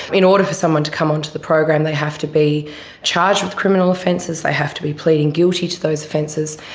in order for someone to come onto the program they have to be charged with criminal offences, they have to be pleading guilty to those offences,